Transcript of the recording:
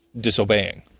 disobeying